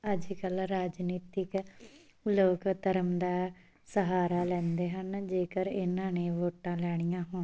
ਅੱਜ ਕੱਲ੍ਹ ਰਾਜਨੀਤਿਕ ਲੋਕ ਧਰਮ ਦਾ ਸਹਾਰਾ ਲੈਂਦੇ ਹਨ ਜੇਕਰ ਇਹਨਾਂ ਨੇ ਵੋਟਾਂ ਲੈਣੀਆਂ ਹੋਣ